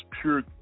pure